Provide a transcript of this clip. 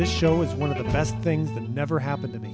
this show is one of the best things that never happened to me